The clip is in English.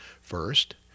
First